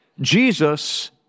Jesus